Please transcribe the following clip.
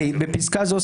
(ה)בפסקה זו,